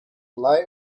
lie